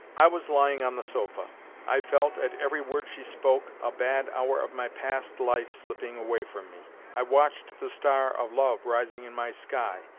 i was lying on the sofa i felt, at every word she spoke, a bad hour of my past life slipping away from me. i watched the star of love rising in my sky,